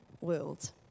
world